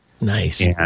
Nice